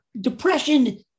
Depression